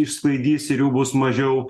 išsklaidys ir jų bus mažiau